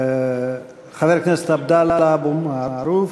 חבר הכנסת עבדאללה אבו מערוף,